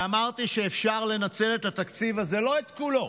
ואמרתי שאפשר לנצל את התקציב הזה, לא את כולו.